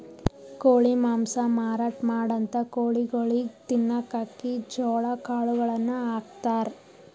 ಕೋಳಿ ಮಾಂಸ ಮಾರಾಟ್ ಮಾಡಂಥ ಕೋಳಿಗೊಳಿಗ್ ತಿನ್ನಕ್ಕ್ ಅಕ್ಕಿ ಜೋಳಾ ಕಾಳುಗಳನ್ನ ಹಾಕ್ತಾರ್